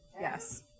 yes